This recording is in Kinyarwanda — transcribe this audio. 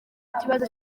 ikibazo